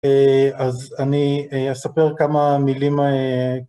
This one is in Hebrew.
אז אני אספר כמה מילים